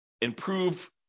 improve